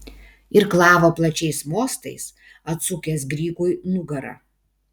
irklavo plačiais mostais atsukęs grygui nugarą